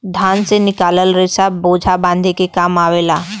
धान से निकलल रेसा बोझा बांधे के काम आवला